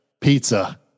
Pizza